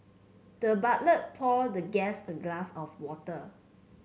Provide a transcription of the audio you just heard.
the butler poured the guest a glass of water